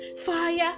Fire